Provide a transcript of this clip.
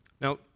Now